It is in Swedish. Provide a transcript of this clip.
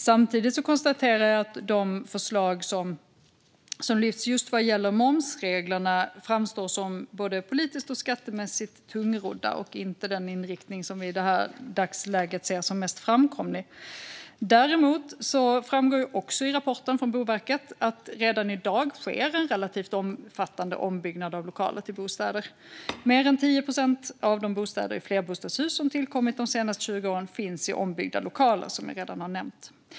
Samtidigt konstaterar jag att de förslag som lyfts fram just vad gäller momsreglerna framstår som både politiskt och skattemässigt tungrodda och inte är den inriktning som vi i dagsläget ser som mest framkomlig. Däremot framgår det också i rapporten från Boverket att det redan i dag sker en relativt omfattande ombyggnad av lokaler till bostäder. Mer än 10 procent av de bostäder i flerbostadshus som tillkommit de senaste 20 åren finns i ombyggda lokaler, som jag redan har nämnt.